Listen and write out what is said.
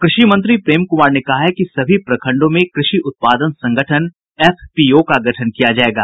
कृषि मंत्री प्रेम कुमार ने कहा है कि सभी प्रखण्डों में कृषि उत्पादन संगठन एफपीओ का गठन किया जायेगा